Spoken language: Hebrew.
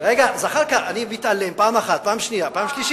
הוא מסובך בעור צבי.